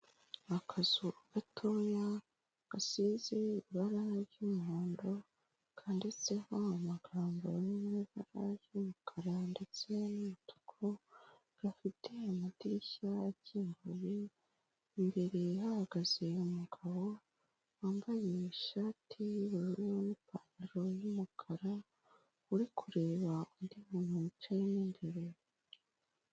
Akazu gatoya gasize ibarara ry'umuhondo, kanditseho amagambo ari mu ibara ry'umukara ndetse n'umutuku, gafite amadirishya akinguye, imbere hahagaze umugabo wambaye ishati y'ubururu n'ipantaro y'umukara, uri kureba undi muntu wicaye mo imbere.